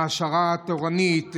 העשרה תורנית,